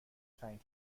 تنگ